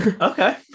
Okay